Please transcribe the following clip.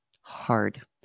hard